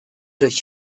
durch